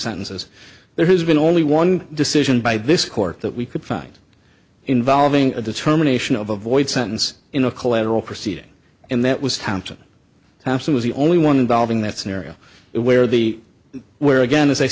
sentences there has been only one decision by this court that we could find involving a determination of a void sentence in a collateral proceeding and that was thompson absolutely only one involving that scenario where the where again